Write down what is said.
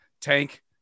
tank